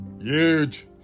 huge